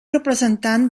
representant